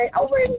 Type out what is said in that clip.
over